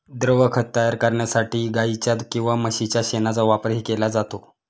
द्रवखत तयार करण्यासाठी गाईच्या किंवा म्हशीच्या शेणाचा वापरही केला जातो